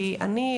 אני,